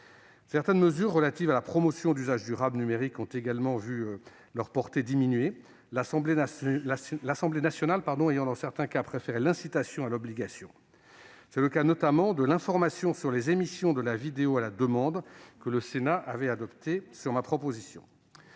Certaines mesures relatives à la promotion d'usages durables numériques ont également vu leur portée diminuée, l'Assemblée nationale ayant, dans certains cas, préféré l'incitation à l'obligation. C'est le cas notamment de l'information sur les émissions de la vidéo à la demande, que le Sénat avait adoptée sur ma proposition.